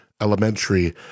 elementary